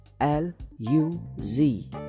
l-u-z